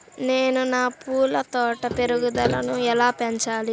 నేను నా పూల తోట పెరుగుదలను ఎలా పెంచాలి?